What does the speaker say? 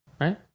Right